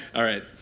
all right.